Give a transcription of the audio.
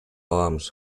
arms